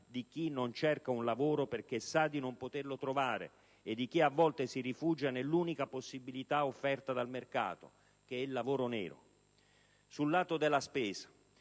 di chi non cerca un lavoro perché sa di non poterlo trovare e di chi a volte si rifugia nell'unica possibilità offerta dal mercato, che è il lavoro nero. Sul lato della spesa